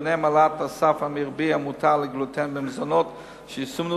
ביניהם העלאת הסף המרבי המותר לגלוטן במזונות שיסומנו